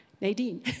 Nadine